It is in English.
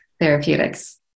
therapeutics